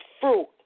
fruit